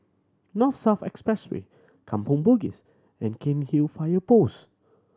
North South Expressway Kampong Bugis and Cairnhill Fire Post